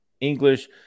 English